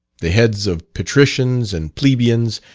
the heads of patricians and plebians,